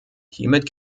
hiermit